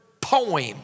poem